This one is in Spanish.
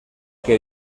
que